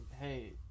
hey